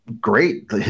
great